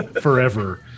forever